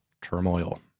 turmoil